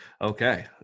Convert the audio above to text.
okay